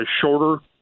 shorter